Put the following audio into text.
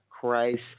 Christ